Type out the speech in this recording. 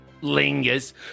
lingers